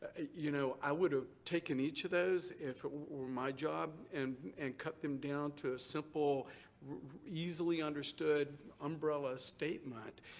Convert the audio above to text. you know, i would've taken each of those if were my job and and cut them down to a simple easily understood umbrella statement,